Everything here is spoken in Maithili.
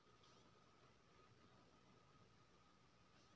बचत खाता खोलबै में केना कोन कागज लागतै?